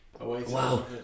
Wow